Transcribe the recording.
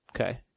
Okay